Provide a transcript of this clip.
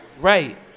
Right